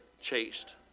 chased